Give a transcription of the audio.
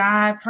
God